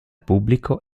pubblico